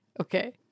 okay